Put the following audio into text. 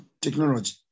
technology